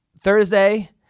Thursday